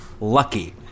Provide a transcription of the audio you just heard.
lucky